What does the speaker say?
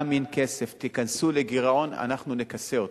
גם אם אין כסף, תיכנסו לגירעון, אנחנו נכסה אותו.